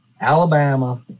Alabama